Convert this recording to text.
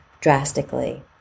drastically